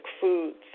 foods